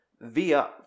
via